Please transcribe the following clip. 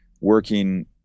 working